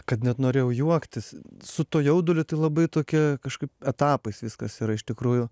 kad net norėjau juoktis su tuo jauduliu tai labai tokia kažkaip etapais viskas yra iš tikrųjų